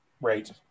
Right